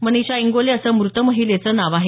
मनिषा इंगोले असं मृत महिलेचं नाव आहे